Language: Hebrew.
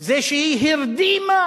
היא שהיא הרדימה